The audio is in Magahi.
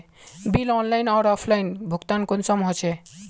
बिल ऑनलाइन आर ऑफलाइन भुगतान कुंसम होचे?